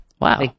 Wow